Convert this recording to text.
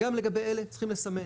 גם לגבי אלה צריכים לסמן,